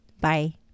Bye